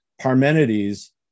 Parmenides